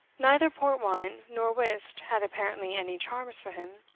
neither port wine nor whist had apparently any charms for him.